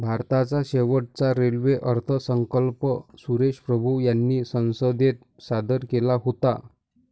भारताचा शेवटचा रेल्वे अर्थसंकल्प सुरेश प्रभू यांनी संसदेत सादर केला होता